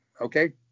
Okay